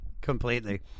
completely